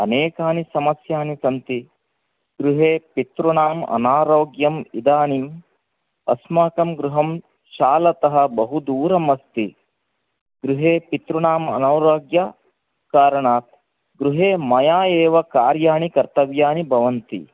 अनेकानि समस्यानि सन्ति गृहे पितॄणाम् अनारोग्यं इदानीं अस्माकं गृहं शालतः बहु दूरम् अस्ति गृहे पितॄणाम् अनारोग्य कारणात् गृहे मया एव कार्याणि कर्तव्यानि भवन्ति